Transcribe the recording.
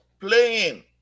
Playing